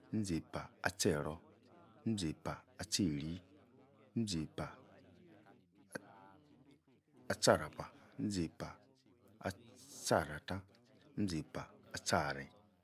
Nzi-eipa-ah-tche-error, mzi-eipah-ah tchei-eri, mzi-eipah-ah-tcharapa, mzi-eipa-ah-tcharatah, mzi-eipa-ah tcharen.